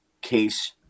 case